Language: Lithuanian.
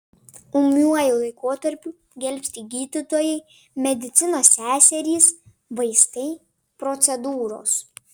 ūmiuoju laikotarpiu gelbsti gydytojai medicinos seserys vaistai procedūros